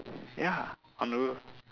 ya on the roof